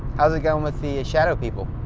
how's it going with the shadow people?